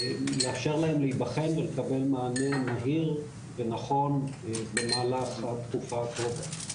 לאפשר להם להיבחן ולקבל מענה מהיר ונכון במהלך התקופה הקרובה.